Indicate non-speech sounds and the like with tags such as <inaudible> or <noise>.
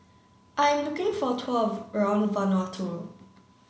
I am looking for a <unintelligible> around Vanuatu